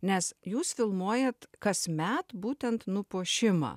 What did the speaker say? nes jūs filmuojat kasmet būtent nupuošimą